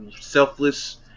selfless